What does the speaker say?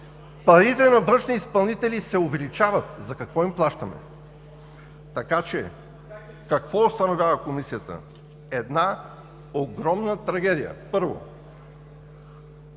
парите на външни изпълнители се увеличават – за какво им плащаме? Какво установява Комисията? Една огромна трагедия, първо.